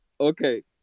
Okay